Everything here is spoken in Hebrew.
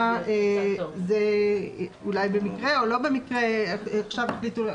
זה אולי במקרה או לא במקרה עכשיו החליטו,